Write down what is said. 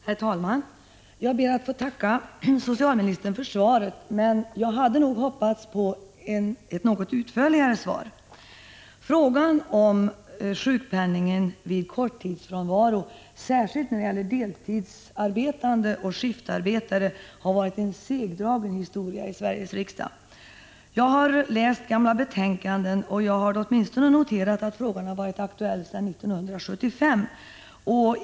Herr talman! Jag ber att få tacka socialministern för svaret, men jag hade nog hoppats på ett något utförligare svar. Frågan om sjukpenningen vid korttidsfrånvaro, särskilt när det gäller deltidsarbetande och skiftarbetare, har varit en segdragen historia i Sveriges riksdag. Jag har läst gamla betänkanden och då konstaterat att den har varit aktuell åtminstone sedan 1975.